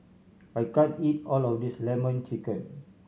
I can't eat all of this Lemon Chicken